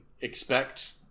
expect